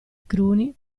cruni